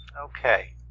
okay